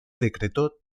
decretó